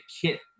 kit